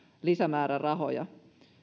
lisämäärärahoja